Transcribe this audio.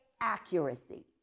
accuracy